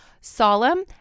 solemn